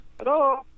Hello